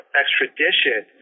extradition